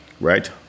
right